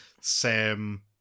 sam